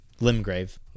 Limgrave